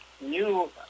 new